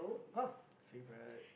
!wah! favourite